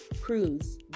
cruise